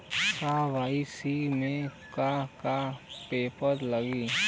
KYC में का का पेपर लगी?